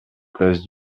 place